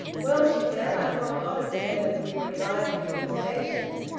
well, she said, i saw a lot of the men as we were driving from the station.